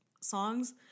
songs